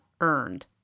earned